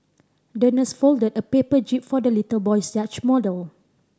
the nurse folded a paper jib for the little boy's yacht model